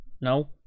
No